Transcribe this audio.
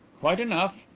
quite enough.